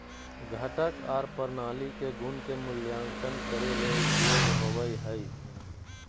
घटक आर प्रणाली के गुण के मूल्यांकन करे ले उपयोग होवई हई